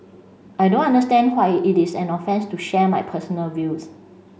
I don't understand why it is an offence to share my personal views